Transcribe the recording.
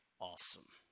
awesome